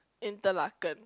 Interlaken